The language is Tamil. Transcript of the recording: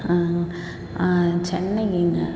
ஆ ஆ சென்னைக்குங்க